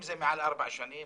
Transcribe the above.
אם זה מעל ארבע שנים,